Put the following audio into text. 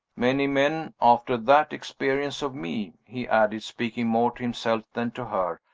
many men, after that experience of me, he added, speaking more to himself than to her,